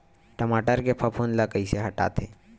टमाटर के फफूंद ल कइसे हटाथे?